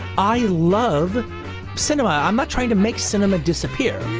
i love cinema. i'm not trying to make cinema disappear.